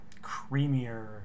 creamier